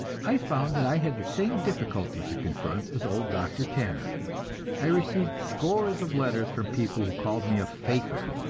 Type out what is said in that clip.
i found that i had the same difficulty to confront as old dr. tanner i received scores of letters from people who called me a faker,